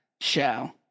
show